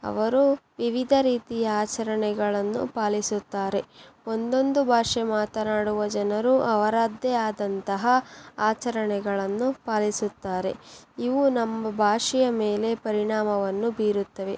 ಅವರು ವಿವಿಧ ರೀತಿಯ ಆಚರಣೆಗಳನ್ನು ಪಾಲಿಸುತ್ತಾರೆ ಒಂದೊಂದು ಭಾಷೆ ಮಾತನಾಡುವ ಜನರು ಅವರದ್ದೇ ಆದಂತಹ ಆಚರಣೆಗಳನ್ನು ಪಾಲಿಸುತ್ತಾರೆ ಇವು ನಮ್ಮ ಭಾಷೆಯ ಮೇಲೆ ಪರಿಣಾಮವನ್ನು ಬೀರುತ್ತವೆ